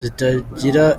zitagira